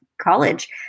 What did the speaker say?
college